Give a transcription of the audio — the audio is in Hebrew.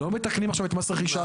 לא מתקנים עכשיו את מס רכישה.